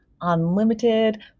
unlimited